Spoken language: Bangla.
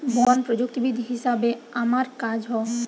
বন প্রযুক্তিবিদ হিসাবে আমার কাজ হ